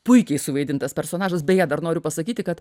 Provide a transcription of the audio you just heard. puikiai suvaidintas personažas beje dar noriu pasakyti kad